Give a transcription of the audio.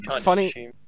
funny